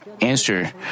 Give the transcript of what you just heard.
answer